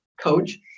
coach